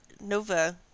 Nova